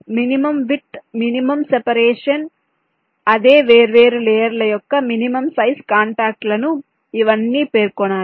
minimum width minimum separation అదే వేర్వేరు లేయర్ల యొక్క మినిమం సైజ్ కాంటాక్ట్ లను ఇవన్నీ పేర్కొనాలి